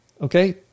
okay